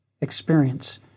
experience